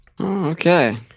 Okay